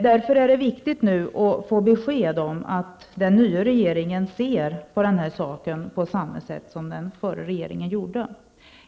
Därför är det viktigt att nu få besked om att den nya regeringen ser på den här saken på samma sätt som den förra regeringen gjorde.